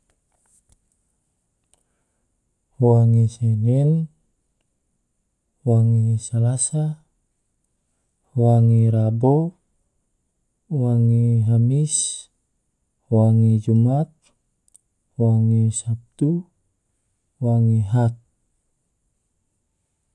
Wange senen, wange selasa, wange rabo, wange hamis, wange jumat, wange sabtu, wange had.